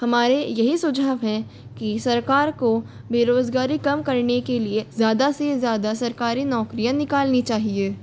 हमारे यही सुझाव हैं कि सरकार को बेरोज़गारी कम करने के लिए ज़्यादा से ज़्यादा सरकारी नौकरियाँ निकालनी चाहिए